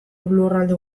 lurralde